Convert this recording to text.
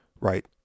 right